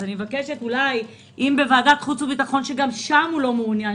אם גם בוועדת החוץ והביטחון הוא לא מעוניין